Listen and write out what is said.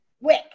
wick